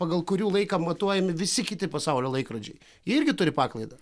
pagal kurių laiką matuojami visi kiti pasaulio laikrodžiai irgi turi paklaidą